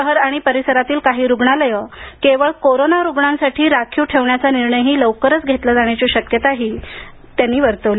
शहर आणि परिसरातील काही रुग्णालये केवळ कोरोना रुग्णांसाठी राखीव ठेवण्याचा निर्णयही लवकरच घेतला जाण्याची शक्यता त्यांनी वर्तवली